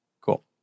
cool